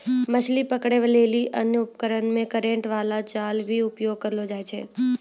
मछली पकड़ै लेली अन्य उपकरण मे करेन्ट बाला जाल भी प्रयोग करलो जाय छै